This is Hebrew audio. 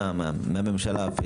מהממשלה,